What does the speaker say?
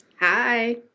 Hi